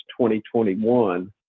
2021